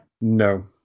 No